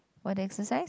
what exercise